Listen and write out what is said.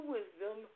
Wisdom